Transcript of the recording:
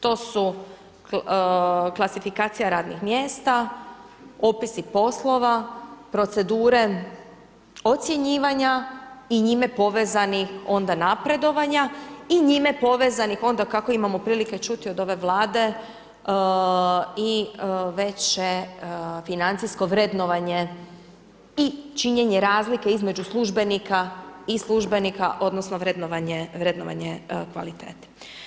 To su klasifikacija radnih mjesta, opisi poslova, procedure, ocjenjivanja i njime povezani onda napredovanja i njime povezanih onda kako imamo prilike čuti od ove Vlade i veće financijsko vrednovanje i činjenje razlike između službenika i službenika odnosno vrednovanje kvalitete.